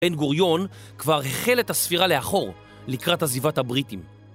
בן גוריון כבר החל את הספירה לאחור לקראת עזיבת הבריטים.